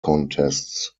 contests